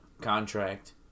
contract